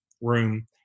room